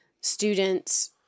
students